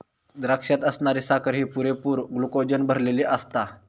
द्राक्षात असणारी साखर ही पुरेपूर ग्लुकोजने भरलली आसता